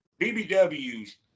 BBW's